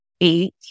eight